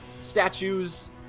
statues